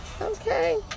Okay